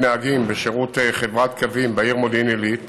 נהגים בשירות חברת קווים בעיר מודיעין עילית